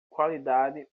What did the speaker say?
qualidade